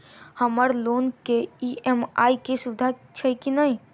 हम्मर लोन केँ ई.एम.आई केँ सुविधा छैय की नै?